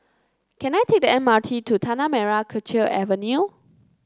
can I take the M R T to Tanah Merah Kechil Avenue